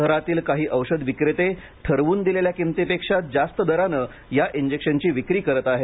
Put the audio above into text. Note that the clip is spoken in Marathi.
शहरातील काही औषध विक्रेते ठरवून दिलेल्या किमतीपेक्षा जास्त दराने या इंजेक्शनची विक्री करत आहेत